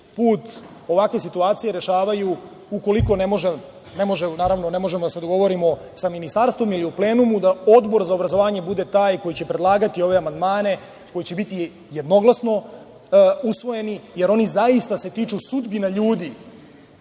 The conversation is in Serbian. put ovakve situacije rešavaju ukoliko ne možemo da se dogovorimo sa ministarstvom ili u plenumu da Odbor za obrazovanje bude taj koji će predlagati ove amandmane koji će biti jednoglasno usvojeni, jer se oni zaista tiču sudbine ljudi.